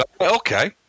Okay